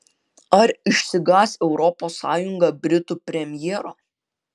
ar išsigąs europos sąjunga britų premjero